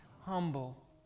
humble